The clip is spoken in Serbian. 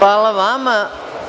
**Maja